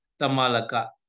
tamalaka